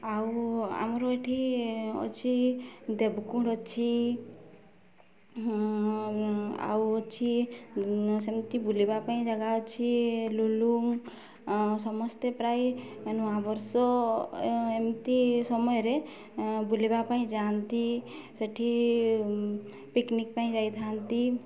ଆଉ ଆମର ଏଠି ଅଛି ଦେବକୁଡ଼ ଅଛି ଆଉ ଅଛି ସେମିତି ବୁଲିବା ପାଇଁ ଜାଗା ଅଛି ଲୁଲୁଙ୍ଗ ସମସ୍ତେ ପ୍ରାୟ ନୂଆବର୍ଷ ଏମିତି ସମୟରେ ବୁଲିବା ପାଇଁ ଯାଆନ୍ତି ସେଠି ପିକ୍ନିକ୍ ପାଇଁ ଯାଇଥାନ୍ତି